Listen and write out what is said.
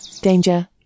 danger